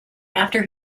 after